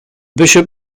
bishop